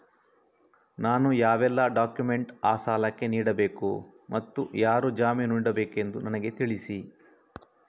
ನಾನು ಯಾವೆಲ್ಲ ಡಾಕ್ಯುಮೆಂಟ್ ಆ ಸಾಲಕ್ಕೆ ನೀಡಬೇಕು ಮತ್ತು ಯಾರು ಜಾಮೀನು ನಿಲ್ಲಬೇಕೆಂದು ನನಗೆ ತಿಳಿಸಿ?